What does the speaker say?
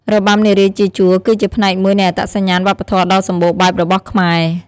របាំនារីជាជួរគឺជាផ្នែកមួយនៃអត្តសញ្ញាណវប្បធម៌ដ៏សម្បូរបែបរបស់ខ្មែរ។